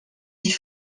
sich